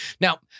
Now